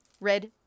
red